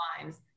lines